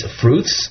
fruits